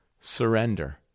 Surrender